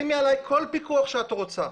שימי עלי כל פיקוח שאת רוצה,